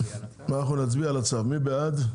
אנחנו נצביע על הצו, מי בעד?